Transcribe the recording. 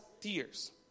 tears